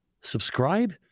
Subscribe